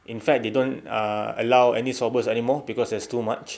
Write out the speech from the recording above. in fact they don't ah allow any swabbers anymore cause there's too much